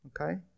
Okay